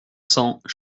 cents